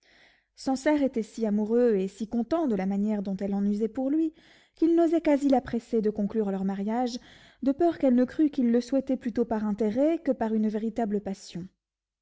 sancerre était si amoureux et si content de la manière dont elle en usait pour lui qu'il n'osait quasi la presser de conclure leur mariage de peur qu'elle ne crût qu'il le souhaitait plutôt par intérêt que par une véritable passion